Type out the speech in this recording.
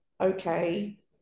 okay